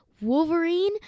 Wolverine